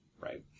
right